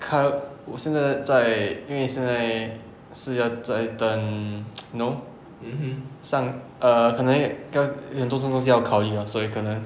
看我现在在因为现在是要在等 you know 上 err 可能要很多东西要考虑 ah 所以可能